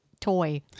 toy